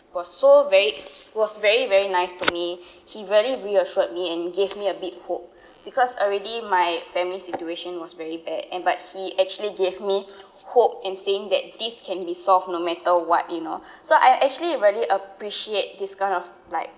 was so very was very very nice to me he very reassured me and gave me a bit hope because already my family's situation was very bad and but he actually gave me hope and saying that this can be solved no matter what you know so I actually really appreciate this kind of like